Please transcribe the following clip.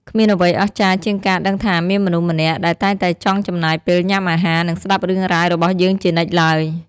គ្មានអ្វីអស្ចារ្យជាងការដឹងថាមានមនុស្សម្នាក់ដែលតែងតែចង់ចំណាយពេលញ៉ាំអាហារ និងស្ដាប់រឿងរ៉ាវរបស់យើងជានិច្ចឡើយ។